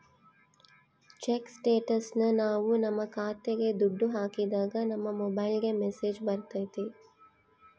check ಸ್ಟೇಟಸ್ನ ನಾವ್ ನಮ್ ಖಾತೆಗೆ ದುಡ್ಡು ಹಾಕಿದಾಗ ನಮ್ ಮೊಬೈಲ್ಗೆ ಮೆಸ್ಸೇಜ್ ಬರ್ತೈತಿ